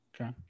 Okay